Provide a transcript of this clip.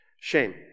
Shame